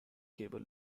cable